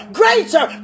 greater